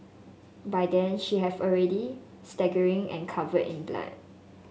by then she have already staggering and covered in blood